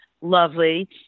lovely